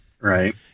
Right